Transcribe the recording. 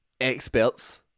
experts